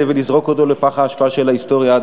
ולזרוק אותו לפח האשפה של ההיסטוריה,